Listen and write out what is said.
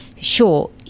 sure